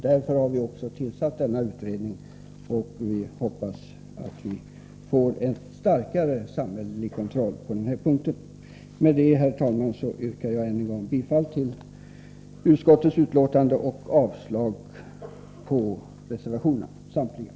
Därför har också en utredning tillsatts, och jag hoppas att vi får en starkare samhällelig kontroll på det här området. Med detta, herr talman, yrkar jag än en gång bifall till utskottets hemställan och avslag på samtliga reservationer.